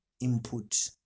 input